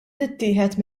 tittieħed